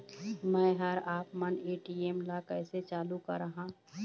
मैं हर आपमन ए.टी.एम ला कैसे चालू कराहां?